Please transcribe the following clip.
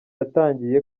yatangiye